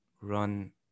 run